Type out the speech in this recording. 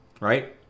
Right